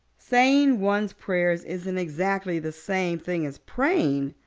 saying one's prayers isn't exactly the same thing as praying,